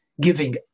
Giving